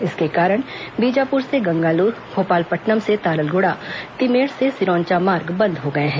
इसके कारण बीजापुर से गंगालूर भोपालपट्नम से तारलगुड़ा तिमेड़ से सिरोंचा मार्ग बंद हो गए हैं